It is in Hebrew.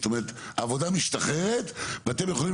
זאת אומרת העבודה משתחררת ואתם יכולים